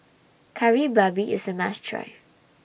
Kari Babi IS A must Try